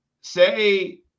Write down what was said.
say